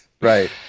Right